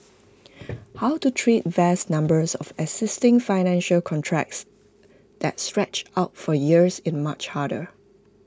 how to treat vast numbers of existing financial contracts that stretch out for years is much harder